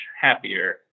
happier